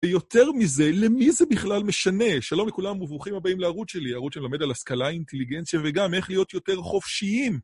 ויותר מזה, למי זה בכלל משנה? שלום לכולם וברוכים הבאים לערוץ שלי, ערוץ שאני לומד על השכלה, אינטליגנציה וגם איך להיות יותר חופשיים.